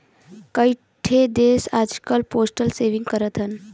कई ठे देस आजकल पोस्टल सेविंग करत हौ